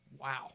wow